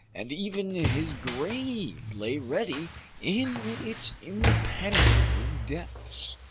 and even his grave lay ready in its impenetrable depths.